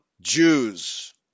Jews